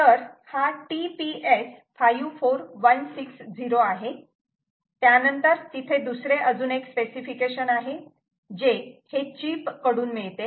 तर हा TPS54160 आहे त्यानंतर तिथे दुसरे अजून एक स्पेसिफिकेशन आहे जे हे चीप कडून मिळते